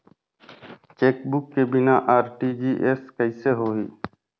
Chequebook के बिना RTGS कइसे होही?